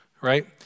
Right